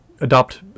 adopt